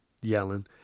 Yelling